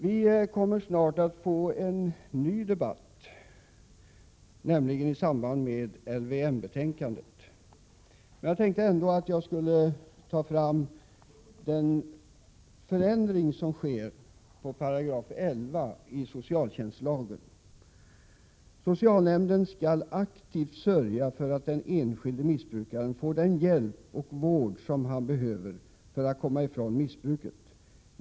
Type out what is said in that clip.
Vi kommer snart att få en ny debatt i samband med LVM-betänkandet, men jag tänkte ändå ta fram den förändring som sker när det gäller 11 § i socialtjänstlagen: Socialnämnden skall aktivt sörja för att den enskilde missbrukaren får den hjälp och vård som han behöver för att komma ifrån missbruket.